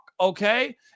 okay